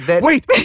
wait